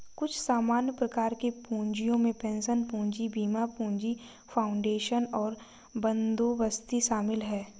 कुछ सामान्य प्रकार के पूँजियो में पेंशन पूंजी, बीमा पूंजी, फाउंडेशन और बंदोबस्ती शामिल हैं